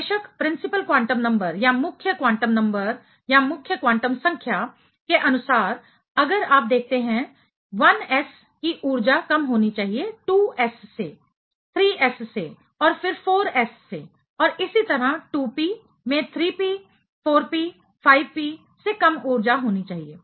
बेशक principal quantum number मुख्य quantum संख्या के अनुसार अगर आप देखते हैं 1s की ऊर्जा कम होनी चाहिए 2s से 3s से और फिर 4s से और इसी तरह 2p में 3p 4p 5p से कम ऊर्जा होनी चाहिए